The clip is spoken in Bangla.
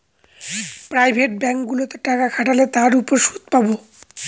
প্রাইভেট ব্যাঙ্কগুলোতে টাকা খাটালে তার উপর সুদ পাবো